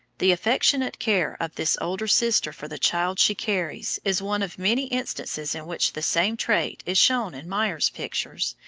the affectionate care of this older sister for the child she carries is one of many instances in which the same trait is shown in meyer's pictures,